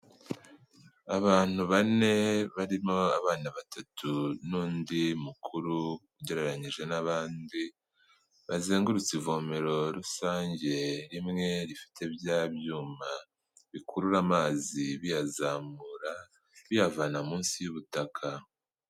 Abantu bane, barimo abana batatu n'undi mukuru ugereranyije n'abandi, bazengurutse ivomero rusange rimwe, rifite bya byuma bikurura amazi biyazamura biyavana munsi y'ubutaka.